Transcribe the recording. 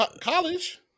College